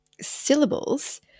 syllables